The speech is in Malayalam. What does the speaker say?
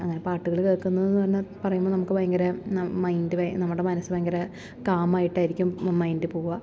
അങ്ങനെ പാട്ടുകൾ കേൾക്കുന്നത് തന്നെ പറയുമ്പം നമുക്ക് ഭയങ്കര മൈൻ്റെ നമ്മുടെ മനസ്സ് ഭയങ്കര കാമായിട്ടായിരിക്കും മൈൻഡ് പോകുക